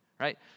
Right